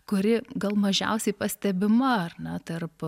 kuri gal mažiausiai pastebima ar ne tarp